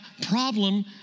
problem